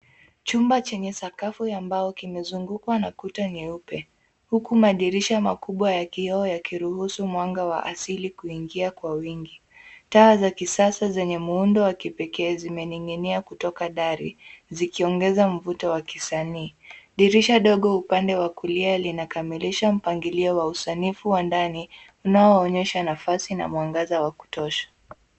Chumba chenye sakafu ya mbao kimezungukwa na kuta nyeupe ,huku madirisha makubwa ya kioo yakiruhusu mwanga wa asili kuingia kwa wingi. Taa za kisasa zenye muundo wa kipekee zimening'inia kutoka dari zikiongeza mvuto wa kisanii. Dirisha dogo upande wa kulia linakamilisha mpangilio wa usanifu wa ndani unaoonyesha nafasi na mwangaza wa kutosha.